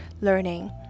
learning